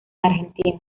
argentina